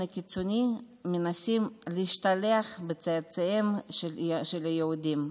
הקיצוני מנסים להשתלח בצאצאיהם של היהודים.